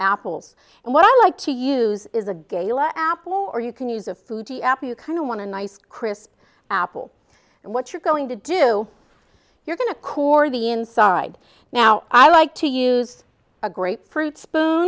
apples and what i like to use is a gala apple or you can use a foodie app you kind of want to nice crisp apple and what you're going to do you're going to core the inside now i like to use a grapefruit spoon